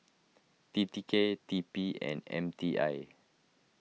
T T K T P and M T I